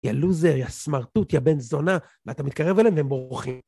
יא לוזר, יא סמרטוט, יא בן זונה, ואתה מתקרב אליהם והם בורחים.